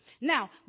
Now